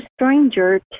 stranger